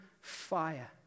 fire